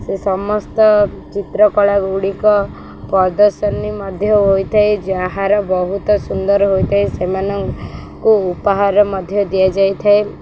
ସେ ସମସ୍ତ ଚିତ୍ରକଳାଗୁଡ଼ିକ ପ୍ରଦର୍ଶନୀ ମଧ୍ୟ ହୋଇଥାଏ ଯାହାର ବହୁତ ସୁନ୍ଦର ହୋଇଥାଏ ସେମାନଙ୍କୁ ଉପହାର ମଧ୍ୟ ଦିଆଯାଇଥାଏ